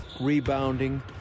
rebounding